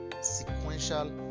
sequential